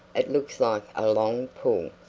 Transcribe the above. it looks like a long pull.